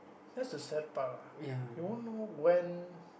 that's the sad part lah you won't know when